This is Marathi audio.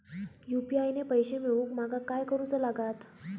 यू.पी.आय ने पैशे मिळवूक माका काय करूचा लागात?